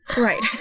Right